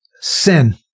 Sin